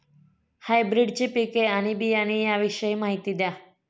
हायब्रिडची पिके आणि बियाणे याविषयी माहिती द्या